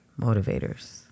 motivators